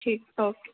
ठीक ऐ ओके